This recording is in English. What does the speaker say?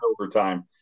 overtime